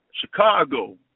Chicago